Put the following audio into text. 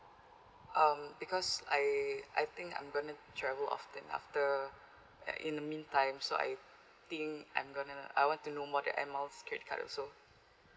um because I I think I'm gonna travel often after like in the mean time so I think I'm gonna I want to know more that air miles credit card also